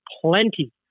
plenty